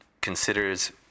considers